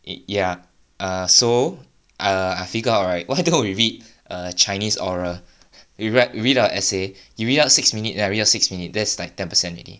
ye~ yeah ah so err I figure out right why don't we read err chinese oral you read out we read out six minute then I read out six minute there's like ten percent already